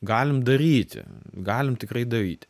galim daryti galim tikrai daryti